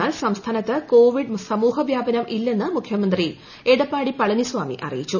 എന്നാൽ സംസ്ഥാനത്ത് കോവിഡ് സമൂഹവ്യാപനം ഇല്ലെന്ന് മുഖ്യമന്ത്രി എടപ്പാടി പളനിസ്വാമി അറിയിച്ചു